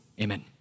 Amen